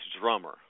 drummer